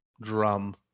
drum